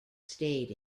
stayed